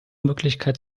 möglichkeit